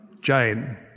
Jane